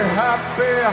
happy